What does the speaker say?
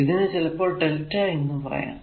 ഇതിനെ ചിലപ്പോൾ Δ എന്ന് പറയാം